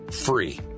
free